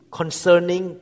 concerning